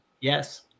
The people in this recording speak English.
Yes